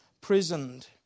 prisoned